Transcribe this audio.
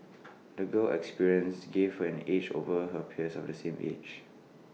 the girl's experiences gave her an edge over her peers of the same age